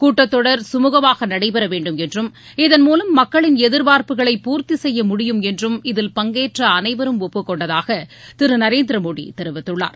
கூட்டத் தொடர் கமுகமாக நடைபெற வேண்டும் என்றும் இதன்மூலம் மக்களின் எதிர்பார்ப்புகளை பூர்த்தி செய்ய முடியும் என்றும் இதில் பங்கேற்ற அனைவரும் ஒப்புக் கொண்டதாக திரு நரேந்திர மோடி தெரிவித்துள்ளார்